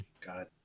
God